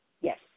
Yes